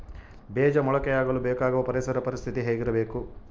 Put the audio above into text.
ಬೇಜ ಮೊಳಕೆಯಾಗಲು ಬೇಕಾಗುವ ಪರಿಸರ ಪರಿಸ್ಥಿತಿ ಹೇಗಿರಬೇಕು?